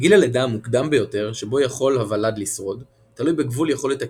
גיל הלידה המוקדם ביותר שבו יכול הוולד לשרוד תלוי בגבול יכולת הקיום,